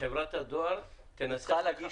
חברת הדואר --- צריכה להגיש